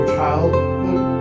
childhood